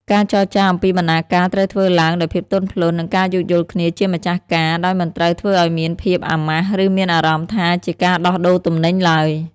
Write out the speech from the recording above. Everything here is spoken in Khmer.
ការចរចាអំពីបណ្ណាការត្រូវធ្វើឡើងដោយភាពទន់ភ្លន់ និងការយោគយល់គ្នាជាម្ចាស់ការ ដោយមិនត្រូវធ្វើឱ្យមានភាពអាម៉ាស់ ឬមានអារម្មណ៍ថាជាការដោះដូរទំនិញឡើយ។